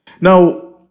Now